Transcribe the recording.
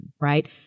right